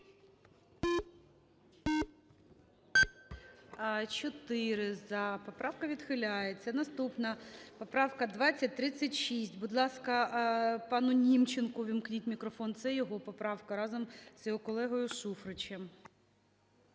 За-4 Поправка відхиляється. Наступна поправка 2036. Будь ласка, пану Німченку ввімкніть мікрофон, це його поправка разом з його колегою Шуфричем.